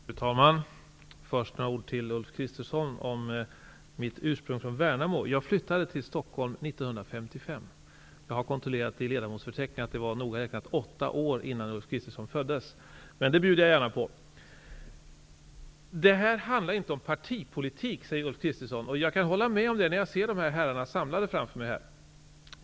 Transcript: Fru talman! Jag vill först säga några ord till Ulf Kristersson om mitt ursprung i Värnamo. Jag flyttade till Stockholm 1955. Jag har kontrollerat i ledamotsförteckningen att det noga räknat var åtta år innan Ulf Kristersson föddes. Men det bjuder jag gärna på. Ulf Kristersson sade att det här inte handlar om partipolitik. Det kan jag hålla med om, när jag nu ser dessa herrar samlade framför mig.